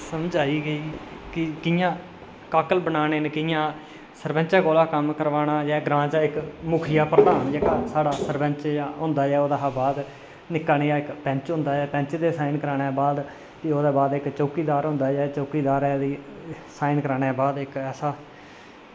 समझ आई गेई की कियां काकल बनाने न कियां सरपैंचे कोला कम्म कराना जां ग्रांऽ चा इक्क मुखिया प्रधान जेह्ड़ा साढ़ा सरपैंच जां होंदा गै ओह्दे कशा बाद च निक्का निहा इक्क पैंच होंदा ऐ पैंच दे साईन कराने दे बाद भी ओह्दे बाद इक्क चौकीदार होंदा ऐ चौकीदार ई साईन कराने दे बाद इक्क ऐसा